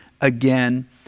again